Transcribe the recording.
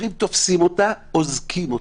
שוטרים תופסים ואוזקים אותה.